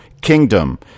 kingdom